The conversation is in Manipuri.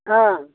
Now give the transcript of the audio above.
ꯑꯥ